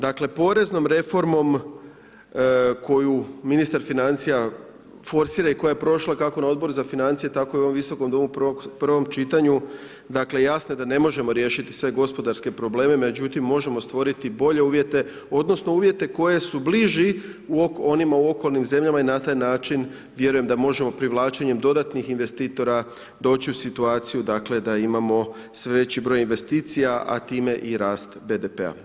Dakle poreznom reformom koju ministar financija forsira i koja je prošla kako na Odboru za financije tako i u ovom Visokom domu u prvom čitanju dakle jasno je da ne možemo riješiti sve gospodarske probleme, međutim možemo stvoriti bolje uvjete, odnosno uvjete koji su bliži onima u okolnim zemljama i na taj način vjerujem da možemo privlačenjem dodatnih investitora doći u situaciju dakle da imamo sve veći broj investicija a time i rast BDP-a.